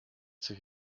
sich